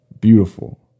Beautiful